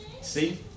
See